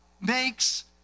makes